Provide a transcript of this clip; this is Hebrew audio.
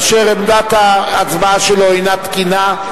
אשר עמדת ההצבעה שלו אינה תקינה.